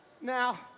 Now